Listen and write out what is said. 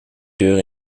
deur